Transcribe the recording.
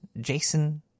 Jason